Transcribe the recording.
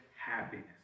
happiness